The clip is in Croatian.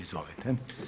Izvolite.